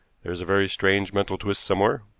there's a very strange mental twist somewhere.